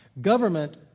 Government